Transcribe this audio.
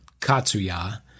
Katsuya